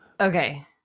Okay